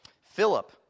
Philip